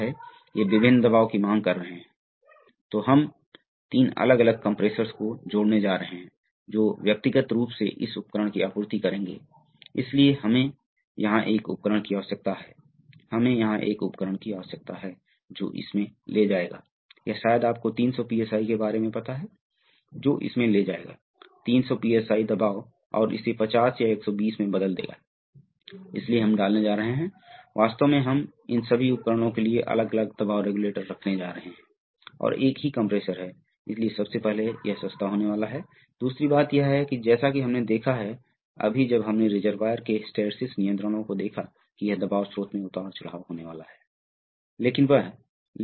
इसलिए यदि आप इस Z की गति का विश्लेषण करना चाहते हैं जो अंत में प्रवाह का निर्माण करती है तो आपको यह समझना होगा कि आपको इसे इस तरह से देखना होगा इसे देखें पहले आप कल्पना करते हैं कि वहाँ हैं वास्तव में दो इनपुट हैं और यह वह गति है जिसका आप विश्लेषण करना चाहते हैं इसलिए सबसे पहले आप सुपरपोज़िशन लागू करते हैं इसलिए सबसे पहले आप यह मानते हैं कि डब्ल्यू 0 है और एक्स लगाया जाता है तब इस बारे में यह रॉड आगे बढ़ने वाली है क्योंकि 0 है इसलिए इससे पिवोटेड है जो कुछ गति पैदा करेगा